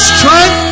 Strength